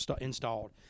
installed